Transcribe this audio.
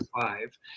five